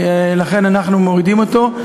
ולכן אנחנו מורידים אותו.